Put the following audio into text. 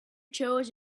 chose